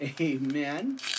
amen